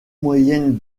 moyenne